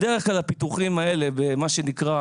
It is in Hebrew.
בדרך כלל הפיתוחים האלה, מה שנקרא